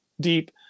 deep